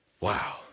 Wow